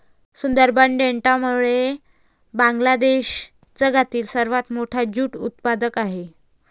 सुंदरबन डेल्टामुळे बांगलादेश जगातील सर्वात मोठा ज्यूट उत्पादक आहे